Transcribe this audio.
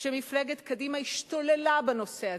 כשמפלגת קדימה השתוללה בנושא הזה,